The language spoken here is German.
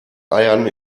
eiern